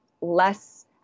less